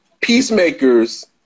peacemakers